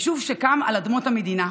יישוב שקם על אדמות המדינה,